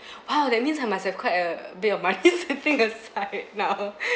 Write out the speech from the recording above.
!wow! that means I must have quite a bit of money sitting aside now